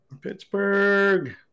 Pittsburgh